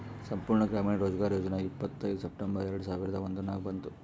ಸಂಪೂರ್ಣ ಗ್ರಾಮೀಣ ರೋಜ್ಗಾರ್ ಯೋಜನಾ ಇಪ್ಪತ್ಐಯ್ದ ಸೆಪ್ಟೆಂಬರ್ ಎರೆಡ ಸಾವಿರದ ಒಂದುರ್ನಾಗ ಬಂತು